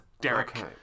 Derek